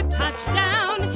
touchdown